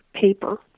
paper